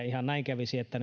ihan näin kävisi että